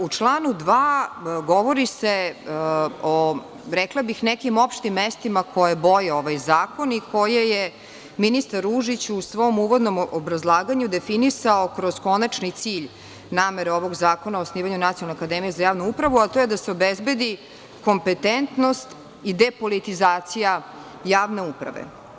U članu 2. govori se o, rekla bih, nekim opštim mestima koje boje ovaj zakon i koje je ministar Ružić u svom uvodnom obrazlaganju definisao kroz konačni cilj namere ovog zakona o osnivanju nacionalne akademije za javnu upravu, a to je da se obezbedi kompetentnost i depolitizacija javne uprave.